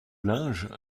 linge